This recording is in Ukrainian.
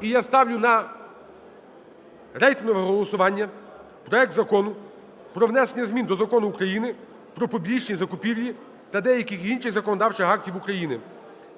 І я ставлю на рейтингове голосування проект Закону про внесення змін до Закону України "Про публічні закупівлі" та деяких інших законодавчих актів України